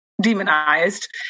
demonized